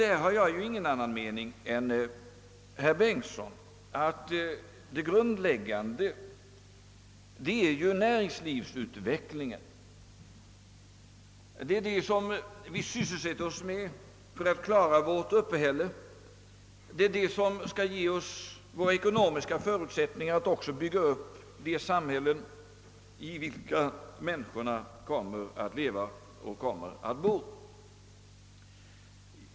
Jag har ingen annan mening än herr Bengtson i fråga om att det grundläggande är näringlivsutvecklingen, det som vi sysselsätter oss med för att kla ra vårt uppehälle, det som skall ge oss ekonomiska förutsättningar att också bygga upp de samhällen i vilka människorna kommer att leva och bo.